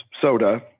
soda